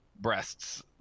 breasts